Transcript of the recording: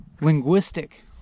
Linguistic